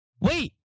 Wait